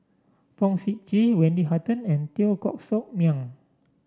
Fong Sip Chee Wendy Hutton and Teo Koh Sock Miang